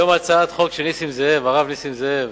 היום הצעת החוק של הרב נסים זאב